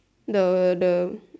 the the